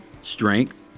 strength